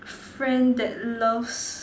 friend that loves